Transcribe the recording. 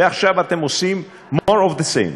ועכשיו אתם עושים more of the same.